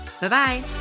Bye-bye